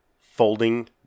folding